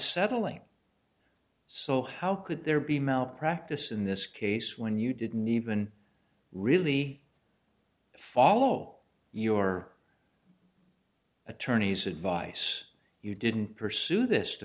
settling so how could there be malpractise in this case when you didn't even really follow your attorney's advice you didn't pursue this to